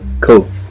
cool